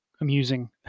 amusing